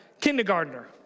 kindergartner